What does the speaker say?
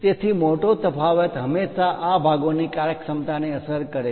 તેથી મોટો તફાવત હંમેશાં આ ભાગોની કાર્યક્ષમતાને અસર કરે છે